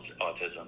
autism